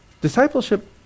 discipleship